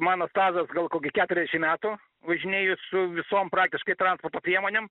mano stažas gal koki keturiasdešim metų važinėju su visom praktiškai transporto priemonėm